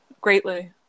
greatly